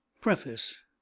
Preface